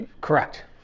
Correct